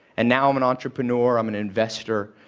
and now i'm an entrepreneur. i'm an investor.